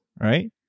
Right